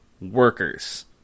workers